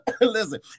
Listen